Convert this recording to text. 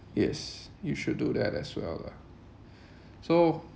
yes you should do that as well lah so